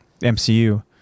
MCU